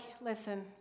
listen